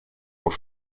por